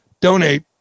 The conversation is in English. donate